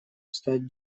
стать